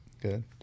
Good